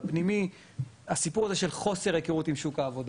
הסיפור הזה של חוסר היכרות עם שוק העבודה.